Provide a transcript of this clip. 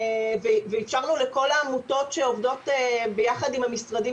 ואפשרנו לכל העמותות שעובדות ביחד עם המשרדים